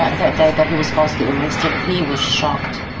that that day that he was falsely arrested, he was shocked,